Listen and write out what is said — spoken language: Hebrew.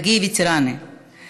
(אומרת דברים בשפה הרוסית.) (מחיאות כפיים)